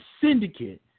syndicate